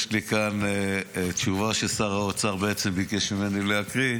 יש לי כאן תשובה ששר האוצר בעצם ביקש ממני להקריא,